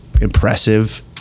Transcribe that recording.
impressive